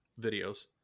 videos